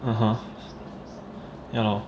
mmhmm ya lor